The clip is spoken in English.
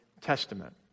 Testament